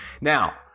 Now